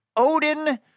Odin